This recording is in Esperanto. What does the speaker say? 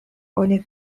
oni